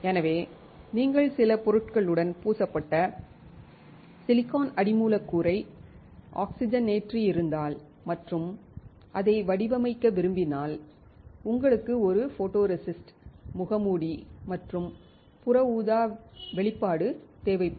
எனவே நீங்கள் சில பொருட்களுடன் பூசப்பட்ட சிலிக்கான் அடி மூலக்கூறை ஆக்ஸிஜனேற்றியிருந்தால் மற்றும் அதை வடிவமைக்க விரும்பினால் உங்களுக்கு ஒரு ஃபோட்டோரெசிஸ்ட் முகமூடி மற்றும் புற ஊதா வெளிப்பாடு தேவைப்படும்